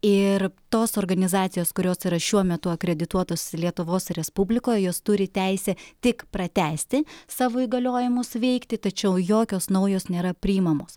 ir tos organizacijos kurios yra šiuo metu akredituotos lietuvos respublikoje jos turi teisę tik pratęsti savo įgaliojimus veikti tačiau jokios naujos nėra priimamos